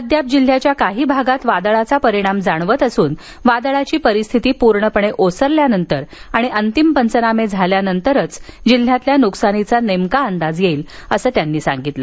अद्याप जिल्ह्याच्या काही भागात वादळाचा परिणाम जाणवत असून वादळाची परिस्थिती पूर्णपणे ओसरल्यानंतर आणि अंतिम पंचनामे झाल्यानंतरच जिल्ह्यातील नुकसानीचा नेमका अंदाज येईल असं त्यांनी सांगितलं